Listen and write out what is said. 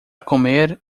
comer